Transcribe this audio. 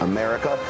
America